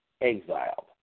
exiled